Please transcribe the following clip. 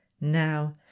Now